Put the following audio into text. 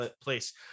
place